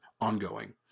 ongoing